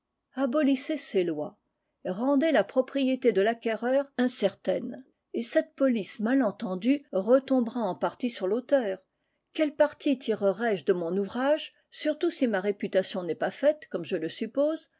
abolissez ces lois rendez la propriété de l'acquéreur incertaine et cette police mal entendue retombera en partie sur l'auteur quel parti tirerai je de mon ouvrage surtout si ma réputation n'est pas faite comme je le suppose